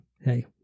Hey